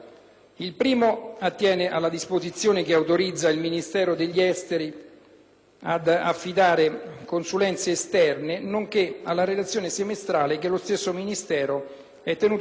ad affidare consulenze esterne, nonché alla relazione semestrale che lo stesso Ministero è tenuto a presentare alle Camere; il secondo riguarda la copertura finanziaria del provvedimento.